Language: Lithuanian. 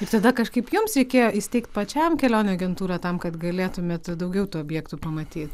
visada kažkaip jums reikėjo įsteigt pačiam kelionių agentūrą tam kad galėtumėt daugiau tų objektų pamatyt